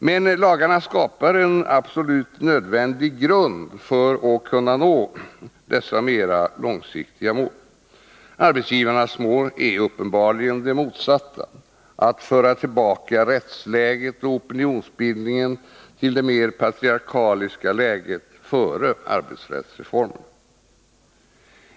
Men lagarna skapar en absolut nödvändig grund för att kunna nå dessa mer långsiktiga mål. Arbetsgivarnas mål är uppenbarligen det motsatta: att föra tillbaka rättsläget och opinionsbildningen till det mer patriarkaliska läget före arbetsrättsreformerna.